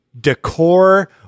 decor